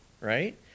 Right